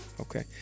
Okay